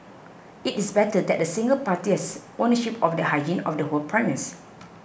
it is better that a single party has ownership of the hygiene of the whole premise